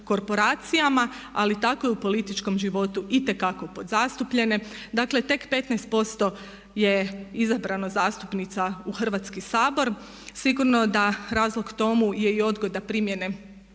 korporacijama, ali tako i u političkom životu itekako podzastupljene. Dakle, tek 15% je izabrano zastupnica u Hrvatski sabor. Sigurno da razlog tomu je i odgoda primjene